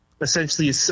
essentially